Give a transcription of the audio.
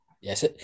Yes